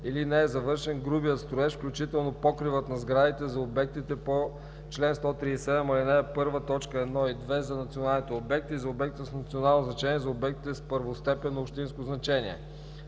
или не е завършен грубият строеж, включително покривът на сградите за обектите по чл. 137, ал. 1, т. 1 и 2, за националните обекти, за обектите с национално значение и за обектите с първостепенно общинско значение.“